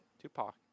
Tupac